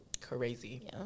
Crazy